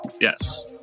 Yes